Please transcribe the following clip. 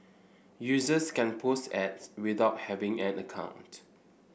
users can post ads without having an account